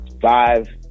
five